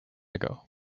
ago